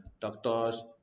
doctors